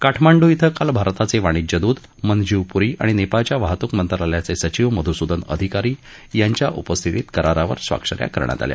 काठमाहूइथळिल भारताचे वाणिज्यदूत मनजीव पुरी आणि नेपाळच्या वाहतुक मक्तीलयाचे सविव मधुसुदन अधिकारी याच्या उपस्थितीत करारावर स्वाक्षऱ्या करण्यात आल्या